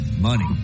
Money